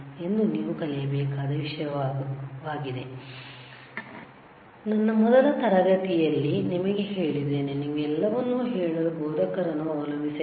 ಎಂದು ನೀವು ಕಲಿಯಬೇಕಾದ ವಿಷಯವಾಗುದೆ ನನ್ನ ಮೊದಲ ತರಗತಿಯಲ್ಲಿ ನಿಮಗೆ ಹೇಳಿದ್ದೇನೆ ನಿಮಗೆ ಎಲ್ಲವನ್ನೂ ಹೇಳಲು ಬೋಧಕರನ್ನುಅವಲಂಬಿಸಬೇಡಿ